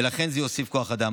ולכן זה יוסיף כוח אדם.